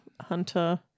hunter